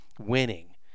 winning